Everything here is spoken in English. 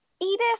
Edith